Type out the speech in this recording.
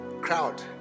crowd